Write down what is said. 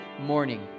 morning